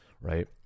right